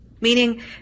Meaning